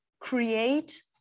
create